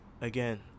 again